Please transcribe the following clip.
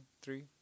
three